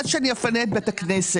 עד שאני אפנה את בית הכנסת.